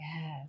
Yes